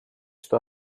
что